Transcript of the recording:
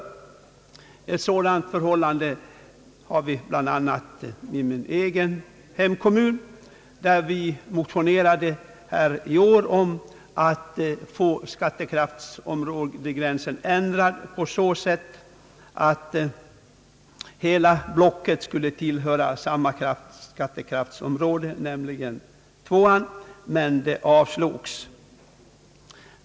Ett sådant förhållande har vi bl.a. i min egen hemkommun, där vi i år motionerade om att få skattekraftsområdesgränsen ändrad så att hela blocket skulle tillhöra samma skattekraftsområde, nämligen 2. Denna begäran avslogs emellertid.